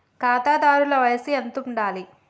ఖాతాదారుల వయసు ఎంతుండాలి?